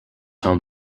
home